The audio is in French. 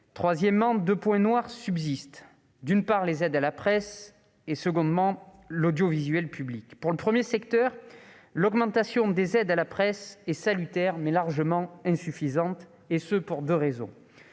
Troisièmement, deux points noirs subsistent, les aides à la presse et l'audiovisuel public. Pour le premier secteur, l'augmentation des aides à la presse est salutaire, mais largement insuffisante, pour deux raisons.